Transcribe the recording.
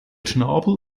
schnabel